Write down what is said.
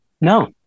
No